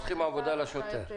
חוסכים עבודה לשוטר.